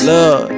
Love